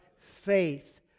faith